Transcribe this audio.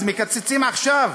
אז מקצצים עכשיו,